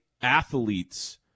athletes